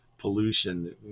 pollution